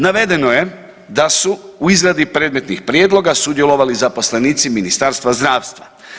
Navedeno je da su u izradi predmetnih prijedloga sudjelovali zaposlenici Ministarstva zdravstva.